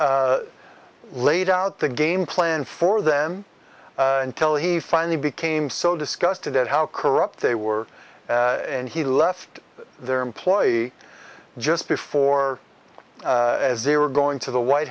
he laid out the game plan for them until he finally became so disgusted at how corrupt they were and he left their employee just before as they were going to the white